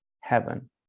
heaven